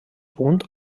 punt